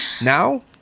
Now